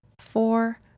four